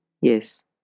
yes